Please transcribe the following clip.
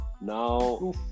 Now